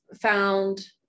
found